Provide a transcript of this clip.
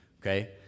okay